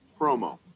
promo